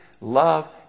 love